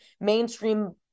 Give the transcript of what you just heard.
mainstream